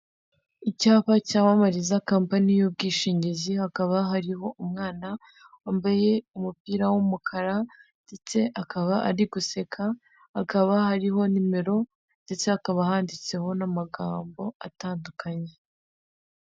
Icyapa cyamamariza kampanyi y'ubwishingizi, hakaba hariho umwana wambaye umupira w'umukara ndetse akaba ari guseka, hakaba hariho nimero ndetse hakaba handitseho n'amagambo atandukanye.